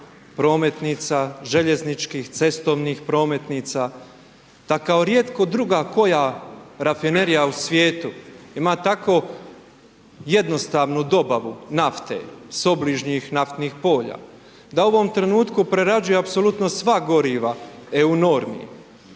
prometnica, željezničkih, cestovnih prometnica, da kao rijetko druga koja Rafinerija u svijetu ima tako jednostavnu dobavu nafte s obližnjih naftnih polja, da u ovom trenutku prerađuje apsolutno sva goriva EU normi